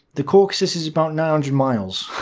the caucasus is about nine hundred miles.